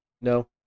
No